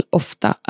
ofta